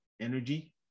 energy